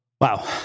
Wow